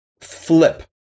Flip